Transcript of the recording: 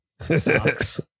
sucks